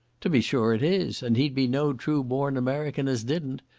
to be sure it is, and he'd be no true born american as didn't.